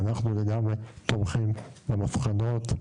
אנחנו לגמרי תומכים במסקנות,